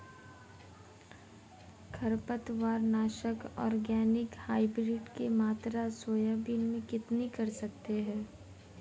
खरपतवार नाशक organic hybrid की मात्रा सोयाबीन में कितनी कर सकते हैं?